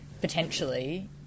potentially